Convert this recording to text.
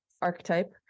archetype